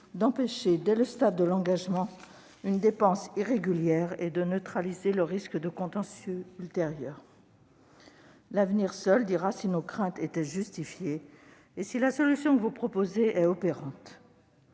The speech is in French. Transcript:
irrégulière, dès le stade de l'engagement, et neutralise le risque de contentieux ultérieur. L'avenir seul dira si nos craintes étaient justifiées et si la solution que vous proposez est opérante.